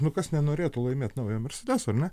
nu kas nenorėtų laimėt naujo mersedeso ar ne